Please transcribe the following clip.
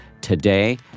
today